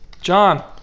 John